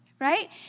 right